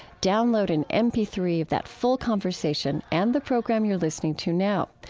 download an m p three of that full conversation and the program you're listening to now.